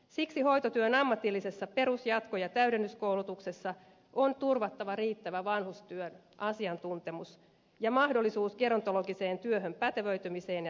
siksi hoitotyön ammatillisessa perus jatko ja täydennyskoulutuksessa on turvattava riittävä vanhustyön asiantuntemus ja mahdollisuus gerontologiseen työhön pätevöitymiseen ja erikoistumiseen